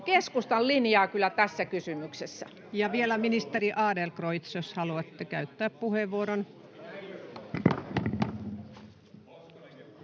keskustan linjaa tässä kysymyksessä. Ja vielä ministeri Adlercreutz, jos haluatte käyttää puheenvuoron.